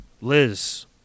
Liz